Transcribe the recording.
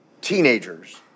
teenagers